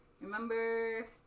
remember